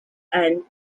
and